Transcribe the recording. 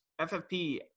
FFP